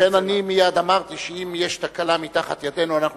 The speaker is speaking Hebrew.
לכן אמרתי מייד שאם יש תקלה מתחת ידנו, אנחנו